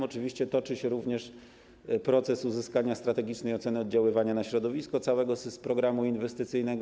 Oczywiście toczy się również proces uzyskiwania strategicznej oceny oddziaływania na środowisko całego programu inwestycyjnego.